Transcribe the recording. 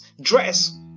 dress